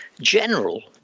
general